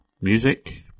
music